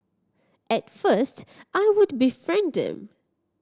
at first I would befriend them